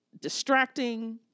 distracting